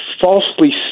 falsely